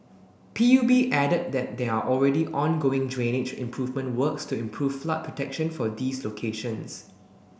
P U B added that there are already ongoing drainage improvement works to improve flood protection for these locations